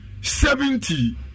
seventy